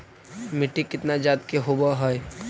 मिट्टी कितना जात के होब हय?